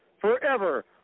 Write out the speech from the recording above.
Forever